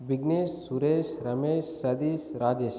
Vignesh Suresh Ramesh Satish Rajesh